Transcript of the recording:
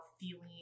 feeling